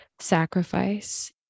sacrifice